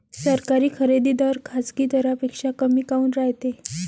सरकारी खरेदी दर खाजगी दरापेक्षा कमी काऊन रायते?